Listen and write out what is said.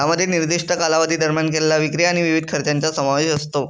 यामध्ये निर्दिष्ट कालावधी दरम्यान केलेल्या विक्री आणि विविध खर्चांचा समावेश असतो